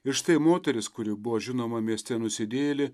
ir štai moteris kuri buvo žinoma mieste nusidėjėlė